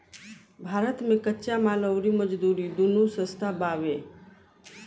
भारत मे कच्चा माल अउर मजदूरी दूनो सस्ता बावे